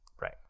Right